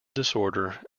disorder